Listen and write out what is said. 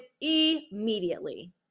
immediately